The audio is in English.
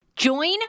Join